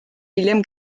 hiljem